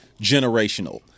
generational